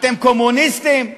אתם קומוניסטים.